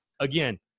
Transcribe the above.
again